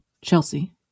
Chelsea